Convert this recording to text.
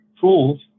tools